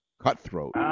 cutthroat